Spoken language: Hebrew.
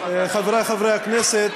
חברי חברי הכנסת,